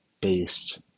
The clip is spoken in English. based